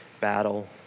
battle